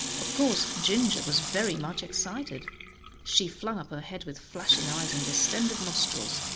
of course ginger was very much excited she flung up her head with flashing eyes and distended nostrils,